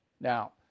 Now